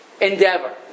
endeavor